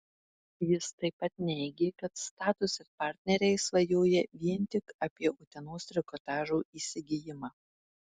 jis taip pat neigė kad status ir partneriai svajoja vien tik apie utenos trikotažo įsigijimą